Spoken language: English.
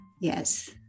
Yes